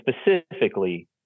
specifically